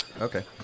Okay